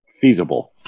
feasible